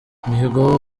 mihigo